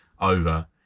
over